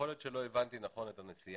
יכול להיות שלא הבנתי נכון את הנשיאה,